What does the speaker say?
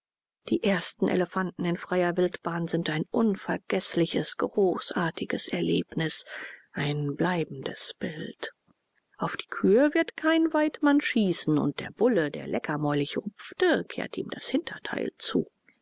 die ersten elefanten in freier wildbahn sind ein unvergeßliches großartiges erlebnis ein bleibendes bild auf die kühe wird kein weidmann schießen und der bulle der leckermäulig rupfte kehrte ihm das hinterteil zu